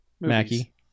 Mackie